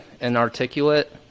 Inarticulate